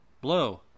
Blow